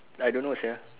I don't know say what